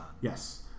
yes